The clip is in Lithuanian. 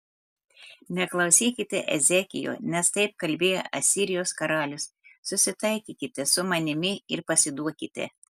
neklausykite ezekijo nes taip kalbėjo asirijos karalius susitaikykite su manimi ir pasiduokite